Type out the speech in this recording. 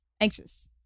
anxious